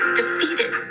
defeated